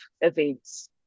events